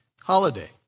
holiday